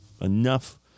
Enough